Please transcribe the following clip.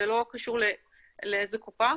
זה לא קשור לאיזה קופה,